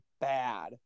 bad